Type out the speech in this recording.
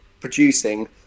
producing